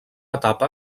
etapa